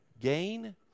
Gain